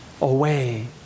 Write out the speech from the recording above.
away